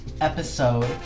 episode